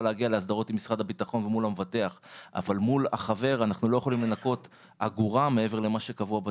להגיע להסדר מול המבטח עם משרד הביטחון.